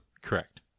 Correct